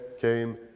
came